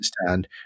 understand